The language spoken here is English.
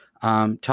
Tell